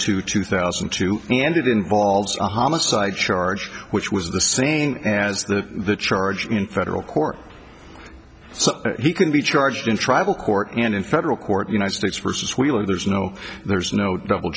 two two thousand and two and it involves a homicide charge which was the same as the charge in federal court so he can be charged in tribal court and in federal court united states versus wheeler there's no there's no double